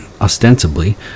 ostensibly